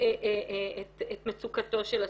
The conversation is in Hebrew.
את מצוקתו של הסובייקט.